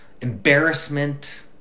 embarrassment